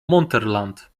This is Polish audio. montherlant